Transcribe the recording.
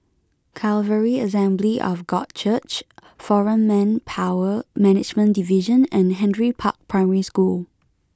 Calvary Assembly of God Church Foreign Manpower Management Division and Henry Park Primary School